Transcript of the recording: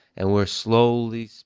and we're slowly,